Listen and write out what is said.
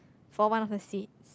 for one of the seats